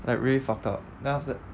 like really fucked up then after that